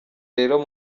rero